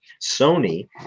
Sony